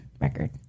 record